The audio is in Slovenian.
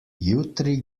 jutri